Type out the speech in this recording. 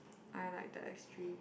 I like the extreme